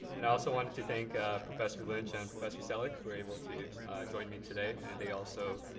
and i also wanted to thank professor lynch and professor selleck who were able to join me today. and they also,